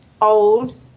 old